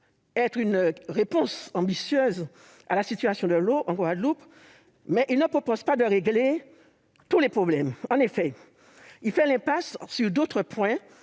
une réponse ambitieuse à la situation de l'eau en Guadeloupe, mais il ne propose pas de régler tous les problèmes. Il fait, en effet, l'impasse sur d'autres points